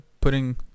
putting